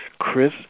Chris